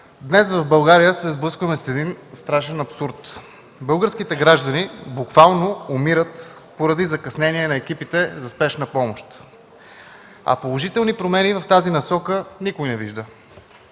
днес в България се сблъскваме с един страшен абсурд – българските граждани буквално умират поради закъснение на екипите за Спешна помощ, а положителни промени в тази насока никой не вижда.